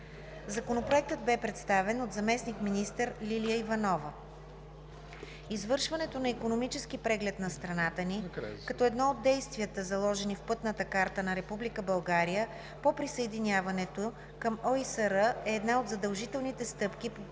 Законопроектът бе представен от заместник-министър Лилия Иванова. Извършването на Икономически преглед на страната ни като едно от действията, заложени в Пътната карта на Република България по присъединяването към ОИСР, е една от задължителните стъпки по